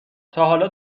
تاحالا